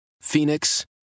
Phoenix